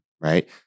Right